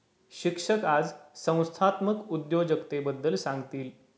शिक्षक आज संस्थात्मक उद्योजकतेबद्दल सांगतील